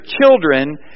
children